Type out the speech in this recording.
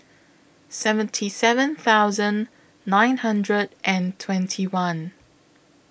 seventy seven thousand nine hundred and twenty one